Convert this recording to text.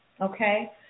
okay